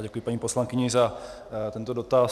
Já děkuji paní poslankyni za tento dotaz.